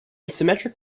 symmetric